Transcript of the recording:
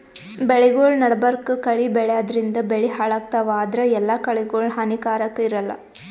ಬೆಳಿಗೊಳ್ ನಡಬರ್ಕ್ ಕಳಿ ಬೆಳ್ಯಾದ್ರಿನ್ದ ಬೆಳಿ ಹಾಳಾಗ್ತಾವ್ ಆದ್ರ ಎಲ್ಲಾ ಕಳಿಗೋಳ್ ಹಾನಿಕಾರಾಕ್ ಇರಲ್ಲಾ